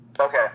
Okay